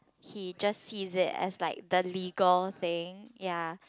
he just see it as like the legal things ya